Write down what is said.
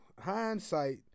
hindsight